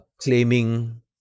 claiming